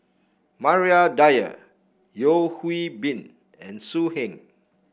Maria Dyer Yeo Hwee Bin and So Heng